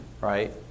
right